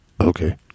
okay